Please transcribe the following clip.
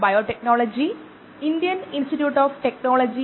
മുമ്പത്തെ പ്രഭാഷണത്തിൽ നമ്മൾ ആമുഖം മൊഡ്യൂൾ ഒന്ന് നോക്കി